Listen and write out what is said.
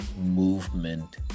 movement